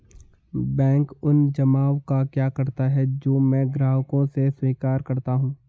Bank उन जमाव का क्या करता है जो मैं ग्राहकों से स्वीकार करता हूँ?